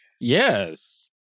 Yes